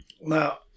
now